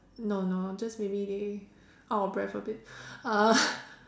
no no just maybe they out of breathe a bit uh